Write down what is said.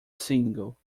single